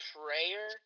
prayer